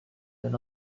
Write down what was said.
and